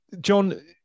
John